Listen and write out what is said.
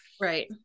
right